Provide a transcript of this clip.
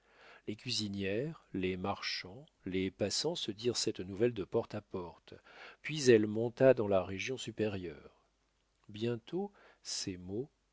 les cuisinières les marchands les passants se dirent cette nouvelle de porte à porte puis elle monta dans la région supérieure bientôt ces mots